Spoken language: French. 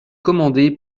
commandée